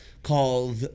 called